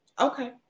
Okay